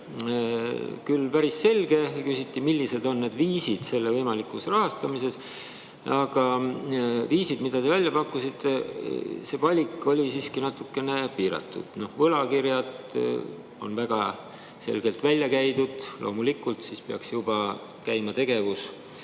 oli päris selge. Küsiti, millised on viisid selle võimalikuks rahastamiseks, aga valik, mille te välja pakkusite, oli siiski natukene piiratud. Võlakirju on väga selgelt välja käidud, loomulikult peaks juba käima tegevus